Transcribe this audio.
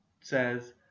says